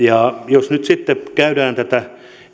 jos nyt sitten käydään tätä keskustelua niin